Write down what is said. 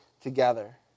together